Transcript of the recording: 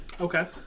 Okay